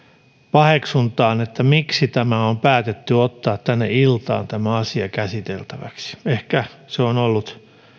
paheksuntaan että miksi tämä asia on päätetty ottaa tänne iltaan käsiteltäväksi ehkä se on ollut